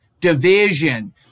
division